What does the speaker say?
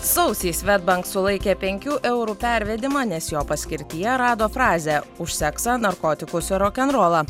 sausį svedbank sulaikė penkių eurų pervedimą nes jo paskirtyje rado frazę už seksą narkotikus ir rokenrolą